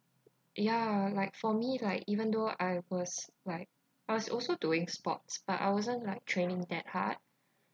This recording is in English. ya like for me like even though I was like I was also doing sports but I wasn't like training that hard